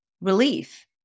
relief